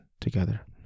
together